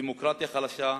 דמוקרטיה חלשה,